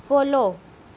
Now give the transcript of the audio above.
follow